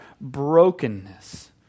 brokenness